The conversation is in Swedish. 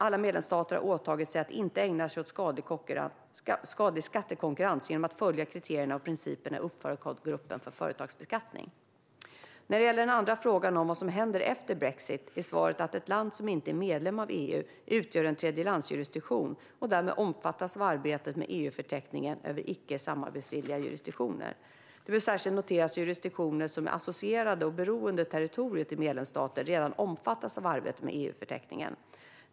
Alla medlemsstater har åtagit sig att, genom att följa kriterierna och principerna i uppförandekoden för företagsbeskattning, inte ägna sig åt skadlig skattekonkurrens. När det gäller den andra frågan, om vad som händer efter brexit, är svaret att ett land som inte är medlem av EU utgör en tredjelandsjurisdiktion och därmed omfattas av arbetet med EU-förteckningen över icke samarbetsvilliga jurisdiktioner. Det bör särskilt noteras att jurisdiktioner som är associerade med och beroende territorier till medlemsstater redan omfattas av arbetet med EU-förteckningen.